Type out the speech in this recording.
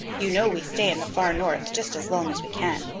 you know we stay in the far north just as long as we can.